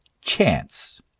chance